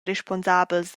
responsabels